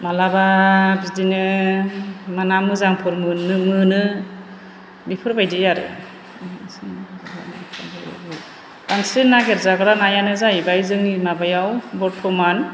मालाबा बिदिनो ना मोजांफोर मोन्नो मोनो बेफोर बायदि आरो बांसिन नाग्रिर जाग्रा नायानो जाहैबाय जोंनि माबायाव बर्थमान